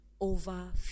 over